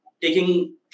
taking